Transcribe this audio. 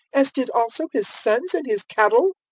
as did also his sons and his cattle?